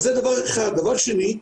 דבר שני,